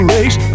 Race